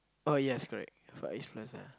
oh yes correct Far-East-Plaza